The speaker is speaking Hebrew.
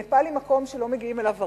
נפאל היא מקום שלא מגיעים אליו הרבה,